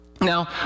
Now